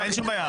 אין שום בעיה,